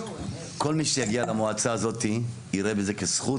כל מי שיגיע למועצה הזאת יראה בזה כזכות,